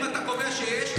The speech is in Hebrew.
אם אתה קובע שיש,